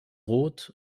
rot